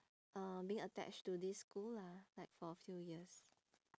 uh being attached to this school lah like for a few years